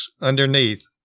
underneath